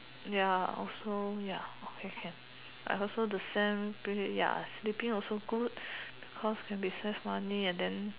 ya also ya okay can I also the same be ya sleeping also good because can be save money and then